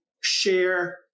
share